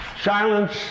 Silence